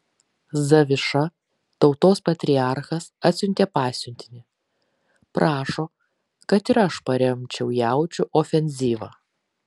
zaviša tautos patriarchas atsiuntė pasiuntinį prašo kad ir aš paremčiau jaučių ofenzyvą